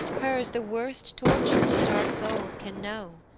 hers the worst tortures that our souls can know.